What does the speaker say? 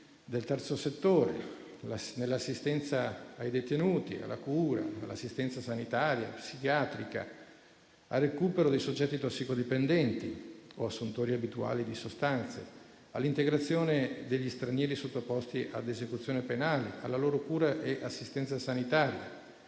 progetti destinati all'assistenza ai detenuti; alla cura e all'assistenza sanitaria e psichiatrica; al recupero dei soggetti tossicodipendenti o assuntori abituali di sostanze; all'integrazione degli stranieri sottoposti ad esecuzione penale, alla loro cura e assistenza sanitaria.